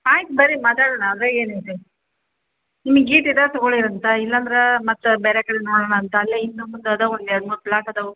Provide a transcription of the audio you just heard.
ಆಯ್ತು ಬರ್ರಿ ಮಾತಾಡೋಣ ಅದ್ರಾಗ ಏನೈತಿ ನಿಮಗೆ ಗಿಟ್ಟಿದ್ರೆ ತಗೊಳ್ಳೀರಂತ ಇಲ್ಲಂದ್ರೆ ಮತ್ತು ಬೇರೆ ಕಡೆ ನೋಡೋಣಂತ ಅಲ್ಲೇ ಇನ್ನೂ ಮುಂದೆ ಅದಾವ ಒಂದು ಎರ್ಡು ಮೂರು ಫ್ಲಾಟ್ ಅದಾವ